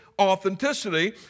authenticity